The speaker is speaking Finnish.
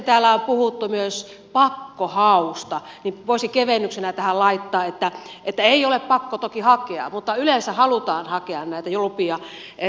täällä on puhuttu myös pakkohausta niin että voisi kevennyksenä tähän laittaa että ei ole pakko toki hakea mutta yleensä halutaan hakea näitä lupia